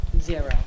Zero